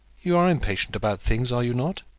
you are impatient about things are you not?